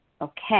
Okay